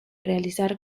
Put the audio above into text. realizar